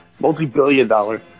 Multi-billion-dollar